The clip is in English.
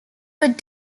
would